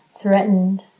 Threatened